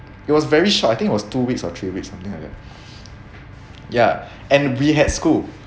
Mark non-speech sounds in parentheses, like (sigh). it was very short I think it was two weeks or three weeks something like that (breath) ya and we had school